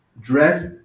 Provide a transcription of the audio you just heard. dressed